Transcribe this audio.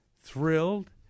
thrilled